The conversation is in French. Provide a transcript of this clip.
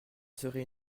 serait